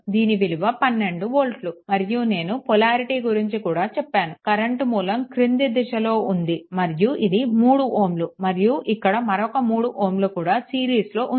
దీని విలువ 12 వోల్ట్లు మరియు నేను పొలారిటీ గురించి కూడా చెప్పాను కరెంట్ మూలం క్రింద దిశలో ఉంది మరియు ఇది 3 Ω మరియు ఇక్కడ మరొక 3 Ω కూడా సిరీస్లో ఉంది